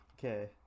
Okay